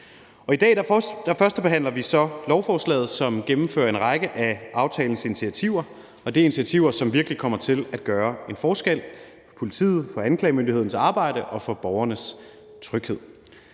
førstebehandler vi så lovforslaget, som gennemfører en række af aftalens initiativer, og det er initiativer, som virkelig kommer til at gøre en forskel for politiet og anklagemyndighedens arbejde og for borgernes tryghed.